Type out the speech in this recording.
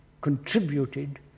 contributed